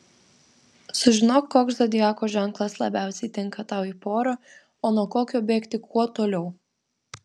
sužinok koks zodiako ženklas labiausiai tinka tau į porą o nuo kokio bėgti kuo toliau